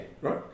right